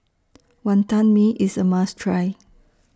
Wantan Mee IS A must Try